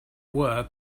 were